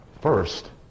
first